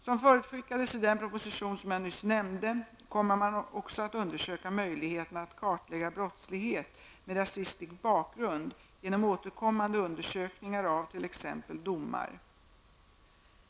Som förutskickades i den proposition som jag nyss nämnde kommer man också att undersöka möjligheterna att kartlägga brottslighet med rasistisk bakgrund genom återkommande undersökningar av t.ex. domar.